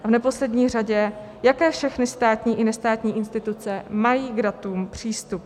A v neposlední řadě, jaké všechny státní i nestátní instituce mají k datům přístup.